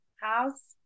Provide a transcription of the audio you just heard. house